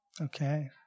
Okay